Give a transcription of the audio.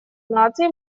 наций